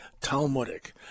Talmudic